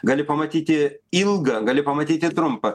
gali pamatyti ilgą gali pamatyti trumpą